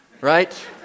right